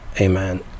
Amen